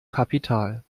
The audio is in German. kapital